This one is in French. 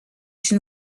une